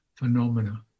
Phenomena